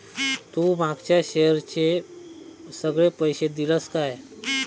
तू मागच्या शेअरचे सगळे पैशे दिलंस काय?